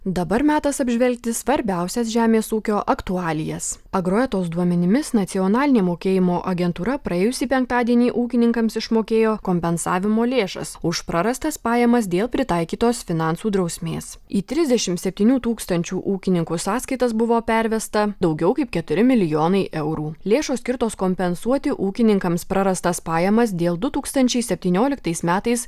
dabar metas apžvelgti svarbiausias žemės ūkio aktualijas agroetos duomenimis nacionalinė mokėjimo agentūra praėjusį penktadienį ūkininkams išmokėjo kompensavimo lėšas už prarastas pajamas dėl pritaikytos finansų drausmės į trisdešimt septynių tūkstančių ūkininkų sąskaitas buvo pervesta daugiau kaip keturi milijonai eurų lėšos skirtos kompensuoti ūkininkams prarastas pajamas dėl du tūkstančiai septynioliktais metais